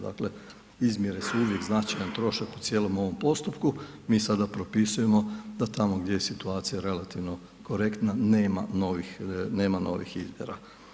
Dakle izmjere su uvijek značajan trošak u cijelom ovom postupku, mi sada propisujemo da tamo gdje je situacija relativno korektna, nema novih izmjera.